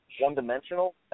one-dimensional